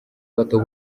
bato